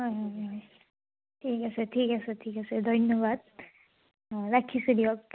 হয় হয় হয় ঠিক আছে ঠিক আছে ঠিক আছে ধন্যবাদ অঁ ৰাখিছোঁ দিয়ক